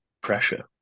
pressure